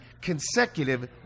consecutive